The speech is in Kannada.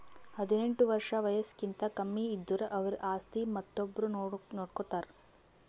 ಹದಿನೆಂಟ್ ವರ್ಷ್ ವಯಸ್ಸ್ಕಿಂತ ಕಮ್ಮಿ ಇದ್ದುರ್ ಅವ್ರ ಆಸ್ತಿ ಮತ್ತೊಬ್ರು ನೋಡ್ಕೋತಾರ್